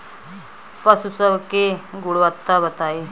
पशु सब के गुणवत्ता बताई?